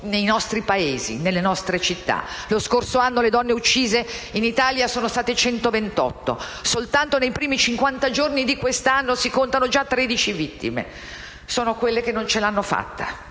nei nostri Paesi e nelle nostre città: lo scorso anno, le donne uccise in Italia sono state 128. Soltanto nei primi 50 giorni di quest'anno si contano già 13 vittime. Sono quelle che non ce l'hanno fatta,